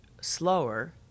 slower